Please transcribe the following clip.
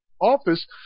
office